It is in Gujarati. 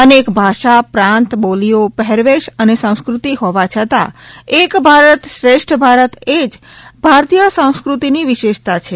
અનેક ભાષા પ્રાંત બોલીઓ પહેરવેશ અને સંસ્કૃતિ હોવા છતાં એક ભારત શ્રેષ્ઠ ભારત એ જ ભારતીય સંસ્કૃતિની વિશેષતા છે